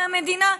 מהמדינה,